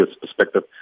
perspective